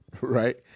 right